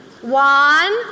One